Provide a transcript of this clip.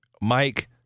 Mike